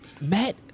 Matt